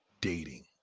dating